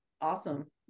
Awesome